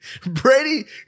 Brady